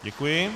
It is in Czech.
Děkuji.